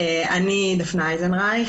אני דפנה אייזנרייך,